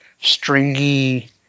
stringy